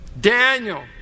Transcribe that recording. Daniel